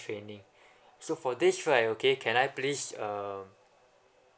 training so for this right okay can I please um